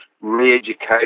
re-educate